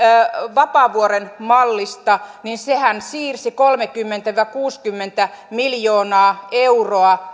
vapaavuoren mallista niin sehän siirsi suoraan kolmekymmentä viiva kuusikymmentä miljoonaa euroa